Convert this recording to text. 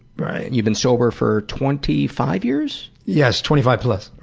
you've been sober for twenty five years? yes, twenty five plus.